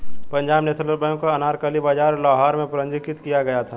Punjab National Bank को अनारकली बाजार लाहौर में पंजीकृत किया गया था